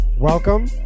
welcome